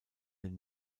den